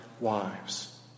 wives